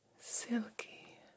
silky